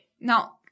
now